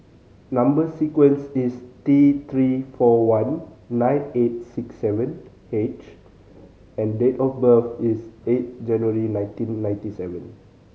number sequence is T Three four one nine eight six seven H and date of birth is eight January nineteen ninety seven